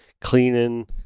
cleaning